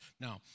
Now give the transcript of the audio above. Now